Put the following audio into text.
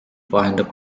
vahendab